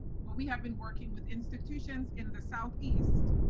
but we have been working with institutions in the southeast.